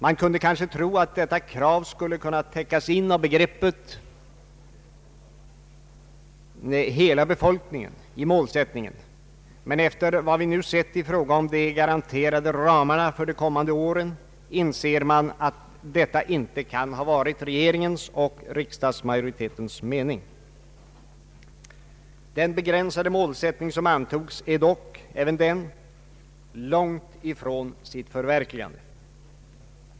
Man kunde kanske tro att detta krav skulle kunna täckas in av begreppet ”hela befolkningen” i målsättningen, men efter vad vi nu sett i fråga om de garanterade ramarna för de kommande åren inser man att detta inte kan ha varit regeringens och riksdagsmajoritetens mening. Den begränsade målsättning som antogs är dock även den långt ifrån sitt förverkligande.